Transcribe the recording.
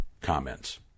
comments